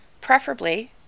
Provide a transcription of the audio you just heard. Preferably